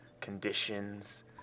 conditions